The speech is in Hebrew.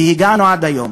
והגענו עד היום.